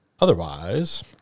Otherwise